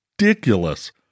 ridiculous